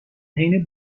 حین